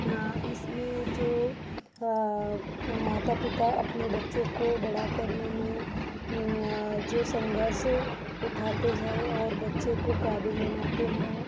यहाँ इसमें जो माता पिता अपने बच्चों को बड़ा करने में जो संघर्ष उठाते हैं और बच्चे को काबिल बनाते हैं